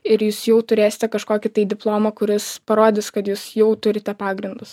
ir jūs jau turėsite kažkokį tai diplomą kuris parodys kad jūs jau turite pagrindus